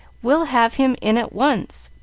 we'll have him in at once,